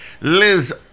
Liz